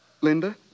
Linda